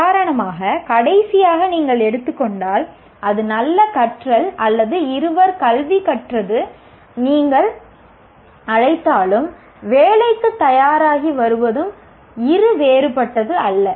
உதாரணமாக கடைசியாக நீங்கள் எடுத்துக்கொண்டால் அது நல்ல கற்றல் அல்லது இருவர் கல்வி கற்றது என்று நீங்கள் அழைத்தாலும் வேலைக்குத் தயாராகி வருவதும் இருவேறுபட்டது அல்ல